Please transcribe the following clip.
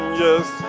yes